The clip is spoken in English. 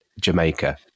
Jamaica